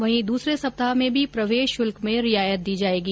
वहीं दूसरे सप्ताह में भी प्रवेश शुल्क में रियायत दी जायेगी